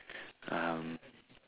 um